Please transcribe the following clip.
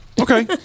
okay